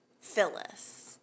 Phyllis